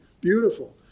beautiful